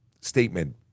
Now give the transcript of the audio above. statement